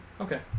okay